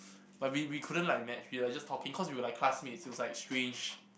but we we couldn't couldn't like match we were like just talking cause we were classmates it was like strange